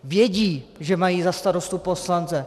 Vědí, že mají za starostu poslance.